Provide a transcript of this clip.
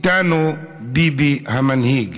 אותנו ביבי המנהיג